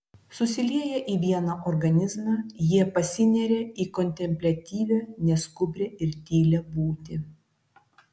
susilieję į vieną organizmą jie pasineria į kontempliatyvią neskubrią ir tylią būtį